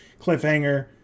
cliffhanger